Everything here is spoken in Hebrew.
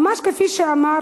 ממש כפי שאמר